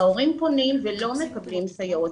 ההורים פונים ולא מקבלים סייעות.